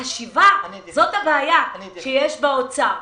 החשיבה, זאת הבעיה שיש לאוצר.